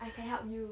I can help you